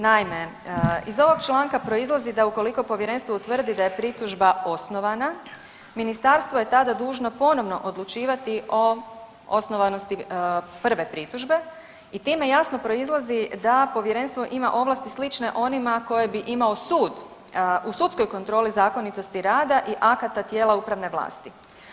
Naime, iz ovog članka proizlazi da ukoliko povjerenstvo utvrdi da je pritužba osnovana ministarstvo je tada dužno ponovno odlučivati o osnovanosti prve pritužbe i time jasno proizlazi da povjerenstvo ima ovlasti slične onima koje bi imao sud, u sudskoj kontroli zakonitosti rada i akata tijela upravne vlasti.